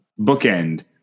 bookend